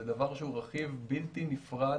זה דבר שהוא רכיב בלתי נפרד